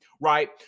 Right